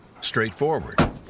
straightforward